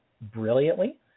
brilliantly